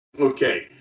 Okay